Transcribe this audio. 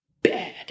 bad